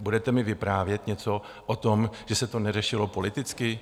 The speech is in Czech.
Budete mi vyprávět něco o tom, že se neřešilo politicky?